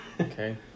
Okay